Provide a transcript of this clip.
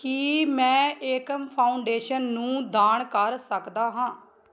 ਕੀ ਮੈਂ ਏਕਮ ਫਾਊਂਡੇਸ਼ਨ ਨੂੰ ਦਾਨ ਕਰ ਸਕਦਾ ਹਾਂ